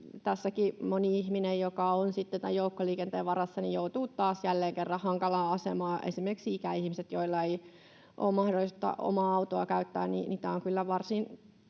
tässäkin moni ihminen, joka on joukkoliikenteen varassa, joutuu taas jälleen kerran hankalaan asemaan. Esimerkiksi ikäihmisille, joilla ei ole mahdollisuutta käyttää omaa autoa, tämä on kyllä varsin